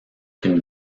qu’une